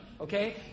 okay